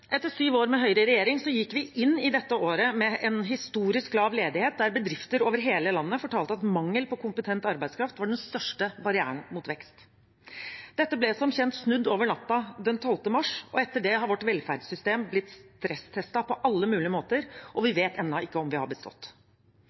Etter syv år med Høyre i regjering gikk vi inn i dette året med en historisk lav ledighet der bedrifter over hele landet fortalte at mangel på kompetent arbeidskraft var den største barrieren mot vekst. Dette ble som kjent snudd over natten den 12. mars, og etter det har vårt velferdssystem blitt stresstestet på alle mulige måter, og vi vet ennå ikke om vi har bestått.